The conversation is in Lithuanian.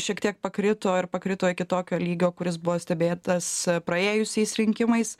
šiek tiek pakrito ir pakrito iki tokio lygio kuris buvo stebėtas praėjusiais rinkimais